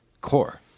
core